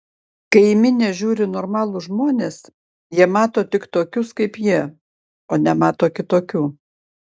kai į minią žiūri normalūs žmonės jie mato tik tokius kaip jie o nemato kitokių